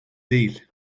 değil